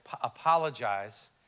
apologize